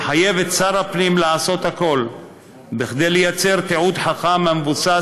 מחייב את שר הפנים לעשות הכול כדי לייצר תיעוד חכם המבוסס